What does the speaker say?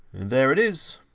there it is.